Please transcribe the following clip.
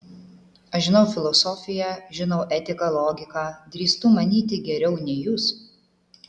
aš žinau filosofiją žinau etiką logiką drįstu manyti geriau nei jūs